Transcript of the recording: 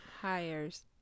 Hires